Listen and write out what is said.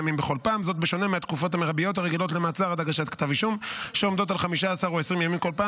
זוהי הצעת חוק מטעם הממשלה,